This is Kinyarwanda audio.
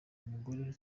umugore